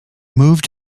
moved